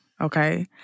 Okay